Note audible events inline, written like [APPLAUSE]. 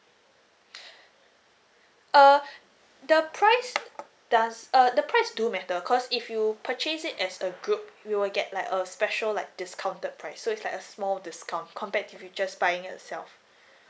[BREATH] err the price does uh the price do matter cause if you purchase it as a group you will get like a special like discounted price so it's like a small discount compared to if you just buying it yourself